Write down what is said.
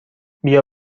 بیا